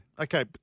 Okay